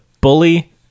bully